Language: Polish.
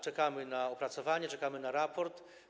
Czekamy na opracowanie, czekamy na raport.